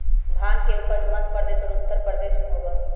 भांग के उपज मध्य प्रदेश और उत्तर प्रदेश में होबा हई